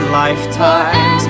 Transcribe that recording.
lifetimes